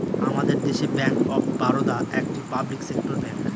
আমাদের দেশে bank of Baroda একটি পাবলিক সেক্টর ব্যাঙ্ক